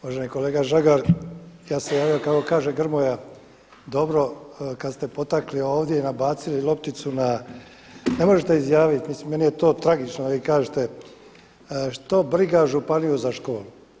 Uvaženi kolega Žagar, ja sam se javio kako kaže Grmoja dobro kada ste potaknuli ovdje i nabacili lopticu, ne možete izjaviti, mislim meni je to tragično da vi kažete što briga županiju za školu.